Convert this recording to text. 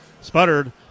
sputtered